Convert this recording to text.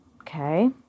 Okay